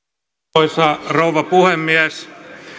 arvoisa rouva puhemies